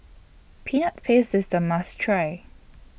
Peanut Paste IS A must Try